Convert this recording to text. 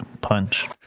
punch